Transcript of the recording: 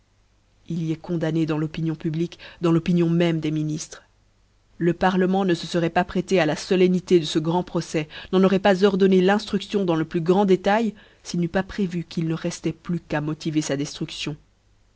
eu condamné dans l'opinion publique dans l'opinion même des rliniftres le parlement ne fe feroit pas prêté à la folemnité de ce grand procès n'en auroit pas ordonné l'infcufcon dans le plus grand détail s'il n'elle pas prévu qu'il ne refloit plus qu'à motiver fa deftruûion